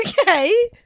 Okay